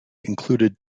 included